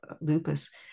lupus